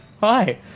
Hi